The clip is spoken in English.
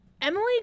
Emily